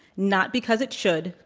not because it should,